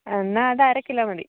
എന്നാൽ അത് അരക്കിലോ മതി